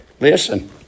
Listen